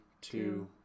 two